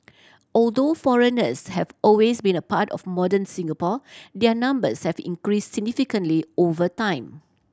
although foreigners have always been a part of modern Singapore their numbers have increase significantly over time